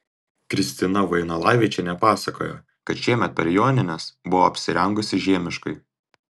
kristina vainalavičienė pasakojo kad šiemet per jonines buvo apsirengusi žiemiškai